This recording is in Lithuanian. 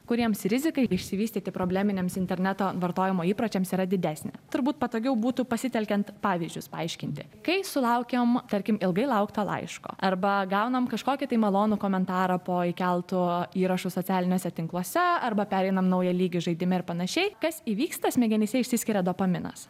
kuriems rizika išsivystyti probleminiams interneto vartojimo įpročiams yra didesnė turbūt patogiau būtų pasitelkiant pavyzdžius paaiškinti kai sulaukiam tarkim ilgai laukto laiško arba gaunam kažkokį tai malonų komentarą po įkeltu įrašu socialiniuose tinkluose arba pereinam naują lygį žaidime ir panašiai kas įvyksta smegenyse išsiskiria dopaminas